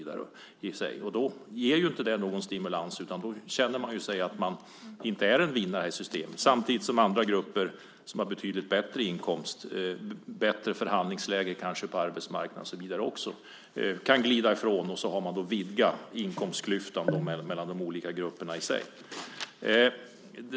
Därmed blir det ingen stimulans, utan man känner att man inte är en vinnare med det här systemet - detta samtidigt som andra grupper som har betydligt bättre inkomster och kanske ett bättre förhandlingsläge på arbetsmarknaden kan glida ifrån. Därmed har inkomstklyftan vidgats mellan de olika grupperna.